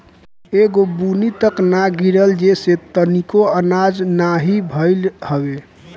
एगो बुन्नी तक ना गिरल जेसे तनिको आनाज नाही भइल हवे